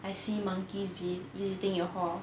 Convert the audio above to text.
I see monkeys be visiting your hall